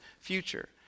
future